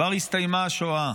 כבר הסתיימה השואה,